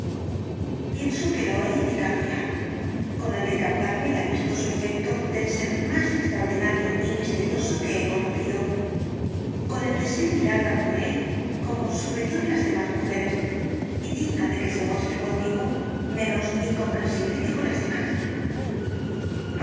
pienso que lo he indicado ya con el de captarme el amistoso afecto del ser más extraordinario y misterioso que he conocido con el de ser mirada por él como superior á las demás mujeres y digna de que se muestre conmigo menos incomprensible que con los demás